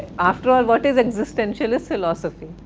after all what is existentialist philosophy?